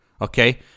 okay